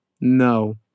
no